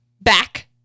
back